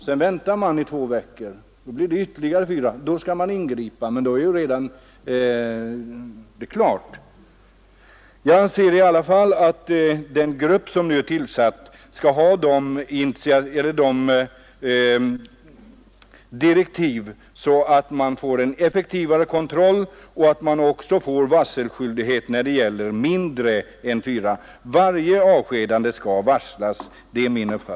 Sedan väntar företaget två veckor innan det avskedar ytterligare fyra. I det skedet skall ett ingripande ske, men då är det redan för sent. Jag anser under alla förhållanden att den arbetsgrupp som nu är tillsatt skall få sådana direktiv att man kan få till stånd en effektivare kontroll och även en varselskyldighet när det gäller färre än fem avskedanden. Det är min uppfattning att det skall varslas om varje avskedande.